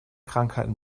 krankheiten